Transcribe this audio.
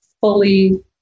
fully